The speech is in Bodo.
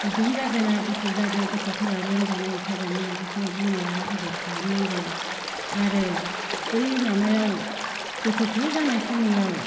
गुदुं जादोना गुसु जादो गथ'फोरा लोमजानाय साजानाय बिखौ बिमाया आबोर खालाम नांगोन आरो बै माबायाव बोसोरसे जानाय समनियाव